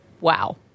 Wow